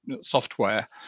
software